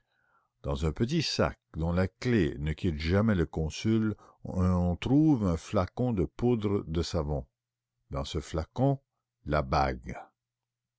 dans un petit sac dont la clé ne quitte jamais le consul on trouve un flacon de poudre de savon dans ce flacon la bague